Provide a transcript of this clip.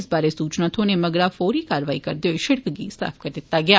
इस बारै सुचना थ्होने मगरा फौरी कारवाई करदे होई षिड़क गी साफ कीत्ता गेया